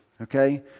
Okay